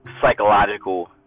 psychological